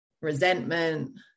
resentment